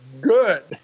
good